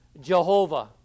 Jehovah